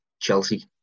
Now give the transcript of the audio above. Chelsea